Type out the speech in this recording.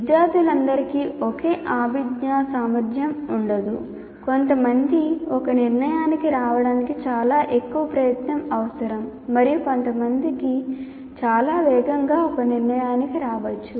విద్యార్థులందరికీ ఒకే అభిజ్ఞా సామర్థ్యం ఉండదు కొంతమంది ఒక నిర్ణయానికి రావడానికి చాలా ఎక్కువ ప్రయత్నం అవసరం మరియు కొంతమంది చాలా వేగంగా ఒక నిర్ణయానికి రావచ్చు